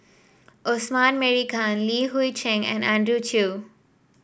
Osman Merican Li Hui Cheng and Andrew Chew